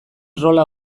rola